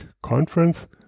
Conference